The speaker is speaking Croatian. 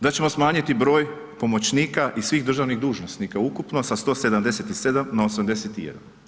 Da ćemo smanjiti broj pomoćnika i svih državnih dužnosnika ukupno sa 177 na 81.